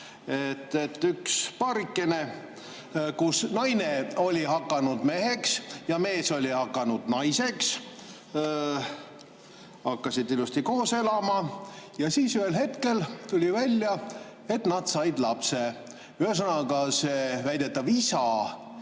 Üks paarikene, kus naine oli hakanud meheks ja mees oli hakanud naiseks, hakkas ilusti koos elama ja siis ühel hetkel tuli välja, et nad said lapse. Ühesõnaga, see väidetav isa